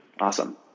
Awesome